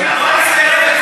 הוא התכוון לכיבוש.